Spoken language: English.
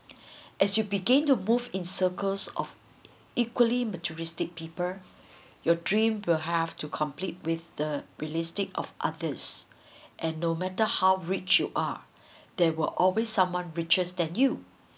as you began to move in circles of equally materialistic people your dream will have to complete with the realistic of others and no matter how rich you are there will always someone richer than you